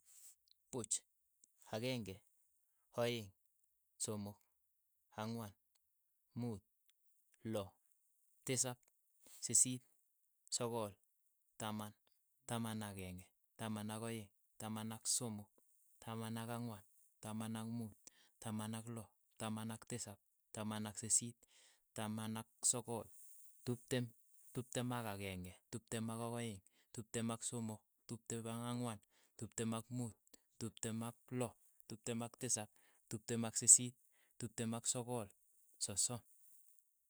Puuch, akeng'e, aeng', somok, ang'wan, muut, loo, tisap, sisiit, sogol, taman, taman akenge, taman ak' aeng, taman ak somok, taman ak ang'wan, taman ak muut, taman ak loo, taman ak tisap, taman ak sisiit, taman ak sogol, tiptem, tiptem ak akeng'e, tiptem ak aeng', tiptem ak somok, tiptem ak ang'wan, tiptem ak muut, tiptem ak loo, tiptem ak tisap, tiptem ak sisiit, tiptem ak sogol, sosom.